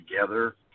together